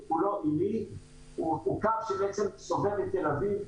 הוא קו שסובב את תל-אביב,